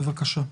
בבקשה.